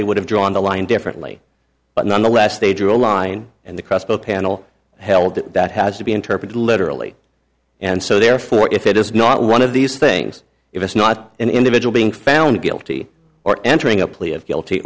they would have drawn the line differently but nonetheless they drew a line and the crossbow panel held that that has to be interpreted literally and so therefore if it is not one of these things if it's not an individual being found guilty or entering a plea of guilty